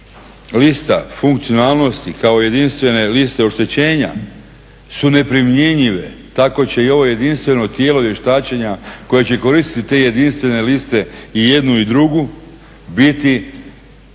lista funkcionalnosti kao jedinstvene liste oštećenja su neprimjenjive. Tako će i ovo jedinstveno tijelo vještačenja koje će koristiti te jedinstvene liste i jednu i drugu biti